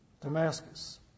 Damascus